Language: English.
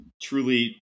truly